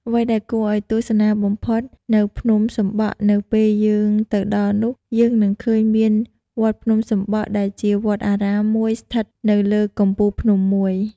អ្វីដែលគួរទស្សនាបំផុតនៅភ្នំសំបក់នៅពេលយើងទៅដល់នោះយើងនឹងឃើញមាន វត្តភ្នំសំបក់ ដែលជាវត្តអារាមមួយស្ថិតនៅលើកំពូលភ្នំមួយ ។